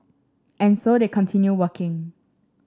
and so they continue working